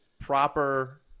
proper